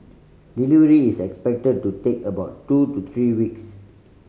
delivery is expected to take about two to three weeks